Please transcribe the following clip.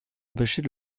empêcher